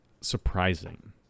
surprising